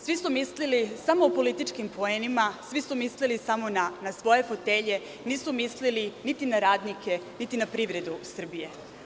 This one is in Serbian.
Svi smo mislili samo o političkim poenima, svi smo mislili samo na svoje fotelje, nisu mislili niti na radnike niti na privredu Srbije.